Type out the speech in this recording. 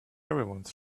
everyone